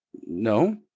no